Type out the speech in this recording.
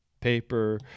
paper